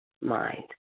mind